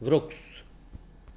વૃક્ષ